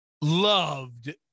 loved